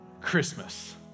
Christmas